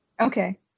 Okay